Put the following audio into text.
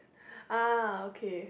ah okay